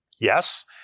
Yes